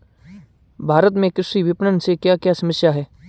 भारत में कृषि विपणन से क्या क्या समस्या हैं?